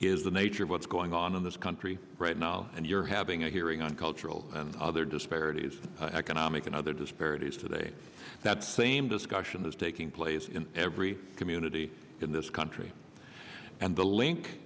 is the nature of what's going on in this country right now and you're having a hearing on cultural and other disparities economic and other disparities today that same discussion that's taking place in every community in this country and the link